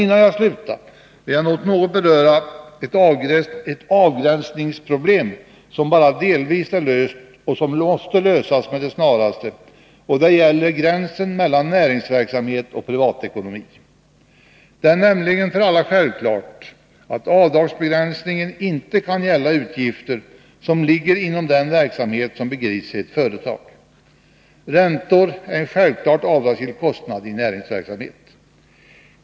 Innan jag slutar vill jag dock något beröra ett avgränsningsproblem, som bara delvis är löst och som måste lösas med det snaraste, och det gäller gränsen mellan näringsverksamhet och privatekonomi. Det är nämligen självklart för alla att avdragsbegränsningen inte kan gälla utgifter som ligger inom den verksamhet som bedrivs i ett företag. Räntor är en självklart avdragsgill kostnad i näringsverksamhet.